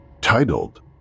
titled